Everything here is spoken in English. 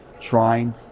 trying